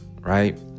right